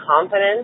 confidence